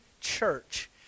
church